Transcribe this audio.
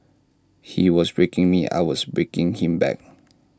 he was breaking me I was breaking him back